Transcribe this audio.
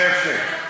זה יפה.